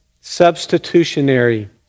substitutionary